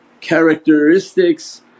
characteristics